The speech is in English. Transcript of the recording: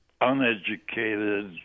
uneducated